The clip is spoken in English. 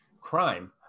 crime